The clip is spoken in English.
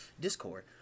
Discord